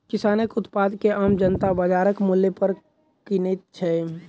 किसानक उत्पाद के आम जनता बाजारक मूल्य पर किनैत छै